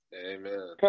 Amen